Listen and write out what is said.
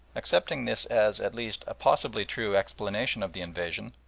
accepting this as, at least, a possibly true explanation of the invasion,